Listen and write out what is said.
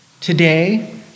Today